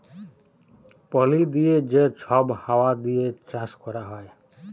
পলি দিঁয়ে যে ছব হাউয়া দিঁয়ে চাষ ক্যরা হ্যয়